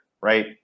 right